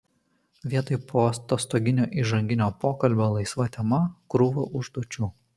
vietoj poatostoginio įžanginio pokalbio laisva tema krūva užduočių